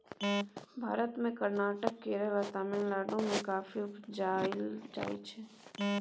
भारत मे कर्नाटक, केरल आ तमिलनाडु मे कॉफी उपजाएल जाइ छै